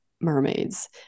mermaids